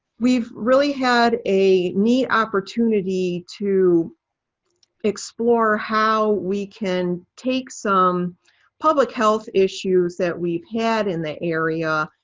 we've really had a neat opportunity to explore how we can take some public health issues that we've had in the area,